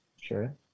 sure